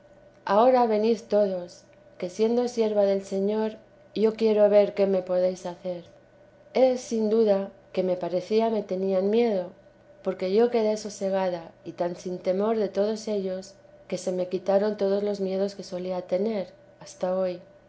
ahora venid todos que siendo sierva del señor yo quiero ver qué me podéis hacer es sin duda que me parecía me habían miedo porque yo quedé sosegada y tan sin temor de todos filos que se me quitaron todos los miedos que solía tener hasta hoy